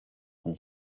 von